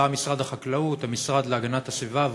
בא משרד החקלאות ובא המשרד להגנת הסביבה,